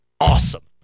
awesome